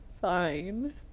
Fine